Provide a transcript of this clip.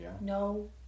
No